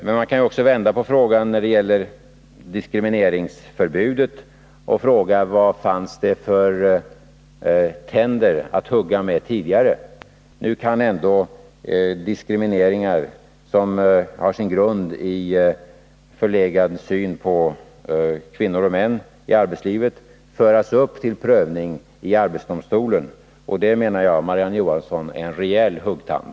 Man kan också vända på frågan om diskrimineringsförbudet och undra: Vad fanns det för tänder att bita med tidigare? Nu kan ändå diskrimineringar som har sin grund i en förlegad syn på kvinnor och män i arbetslivet föras upp till prövning i arbetsdomstolen, och det menar jag är en rejäl huggtand.